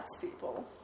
people